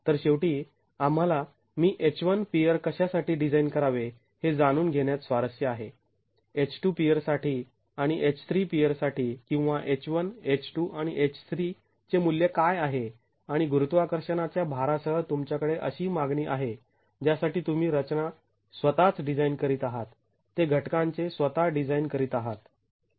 तर शेवटी आम्हाला मी H 1 पियर कशासाठी डिझाईन करावे हे जाणून घेण्यात स्वारस्य आहे H 2 पियर साठी आणि H 3 पियर साठी किंवा H 1 H 2 आणि H 3 चे मूल्य काय आहे आणि गुरुत्वाकर्षणाच्या भारा सह तुमच्याकडे अशी मागणी आहे ज्यासाठी तुम्ही रचना स्वतःच डिझाईन करीत आहात ते घटकांचे स्वतः डिझाईन करीत आहात